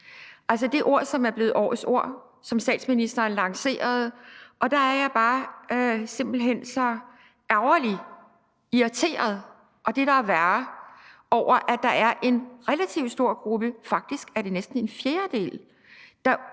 det ord, som er blevet årets ord, og som statsministeren lancerede. Der er jeg simpelt hen bare så ærgerlig, irriteret og det, der er værre, over, at der er en relativt stor gruppe – faktisk er det næsten en fjerdedel – der spreder